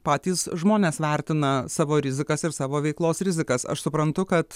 patys žmonės vertina savo rizikas ir savo veiklos rizikas aš suprantu kad